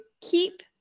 keep